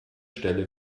stelle